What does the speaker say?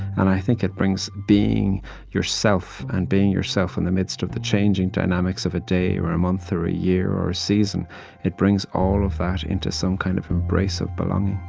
and i think it brings being yourself, and being yourself in the midst of the changing dynamics of a day or a month or a year or a season it brings all of that into some kind of embrace of belonging